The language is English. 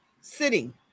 sitting